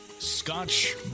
Scotch